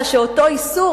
אלא שאותו איסור,